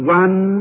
one